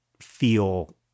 feel